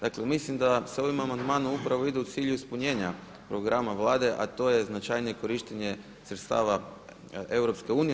Dakle mislim da se ovim amandmanom ide u cilju ispunjenja programa Vlade, a to je značajnije korištenje sredstava EU.